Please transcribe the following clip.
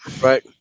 Right